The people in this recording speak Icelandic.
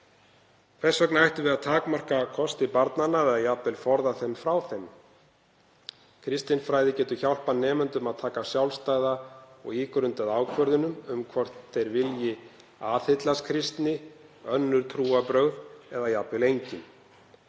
Hvers vegna ættum við að takmarka kosti barnanna eða jafnvel forða þeim frá þeim? Kristinfræði getur hjálpað nemendum að taka sjálfstæða og ígrundaða ákvörðun um hvort þeir vilji aðhyllast kristni, önnur trúarbrögð eða jafnvel engin.